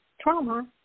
trauma